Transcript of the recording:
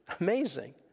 Amazing